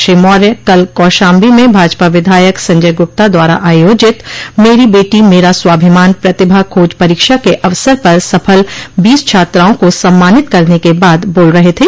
श्री मौर्य कल कौशाम्बी के भरवारी कस्बे में विधायक संजय गुप्ता द्वारा आयोजित मेरी बेटी मेरा स्वाभिमान प्रतिभा खोज परीक्षा के अवसर पर सफल बीस छात्राओं को सम्मानित करने के बाद बोल रहे थे